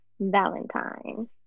Valentine